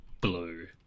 blue